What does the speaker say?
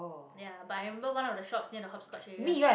ya but i remember one of the shops near the hopscotch area